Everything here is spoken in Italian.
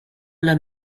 alla